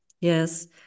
Yes